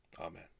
Amen